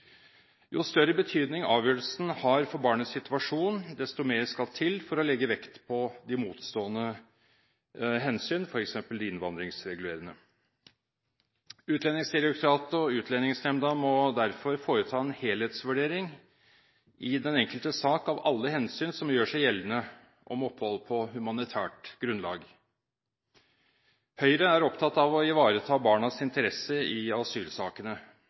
Jo større betydning avgjørelsen har for barnets situasjon, desto mer skal til for å legge vekt på de motstående hensyn, f.eks. de innvandringsregulerende. Utlendingsdirektoratet og Utlendingsnemnda må derfor foreta en helhetsvurdering i den enkelte sak av alle hensyn som gjør seg gjeldende om opphold på humanitært grunnlag. Høyre er opptatt av å ivareta barnas interesse i asylsakene.